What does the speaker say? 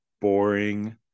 boring